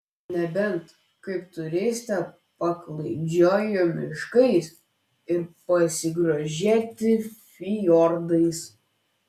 nebent kaip turistė paklaidžioti miškais ir pasigrožėti fjordais